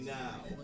now